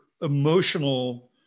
emotional